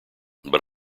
but